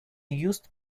used